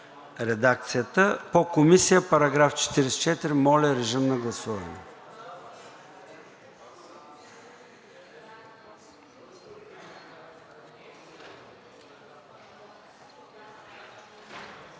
редакцията. По Комисия § 44, моля режим на гласуване.